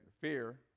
fear